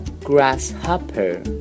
grasshopper